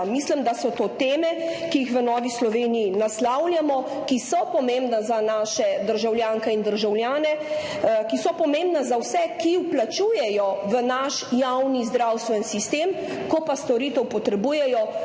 Mislim, da so to teme, ki jih v Novi Sloveniji naslavljamo, ki so pomembne za naše državljanke in državljane, ki so pomembne za vse, ki vplačujejo v naš javni zdravstveni sistem, ko pa storitev potrebujejo,